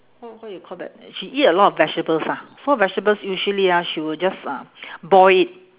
what what you call that she eat a lot of vegetables ah so vegetables usually ah she will just ah boil it